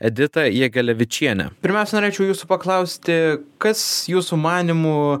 edita jegelevičiene pirmiausia norėčiau jūsų paklausti kas jūsų manymu